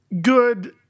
Good